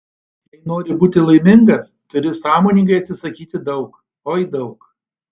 jei nori būti laimingas turi sąmoningai atsisakyti daug oi daug